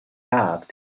back